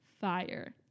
fire